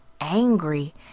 angry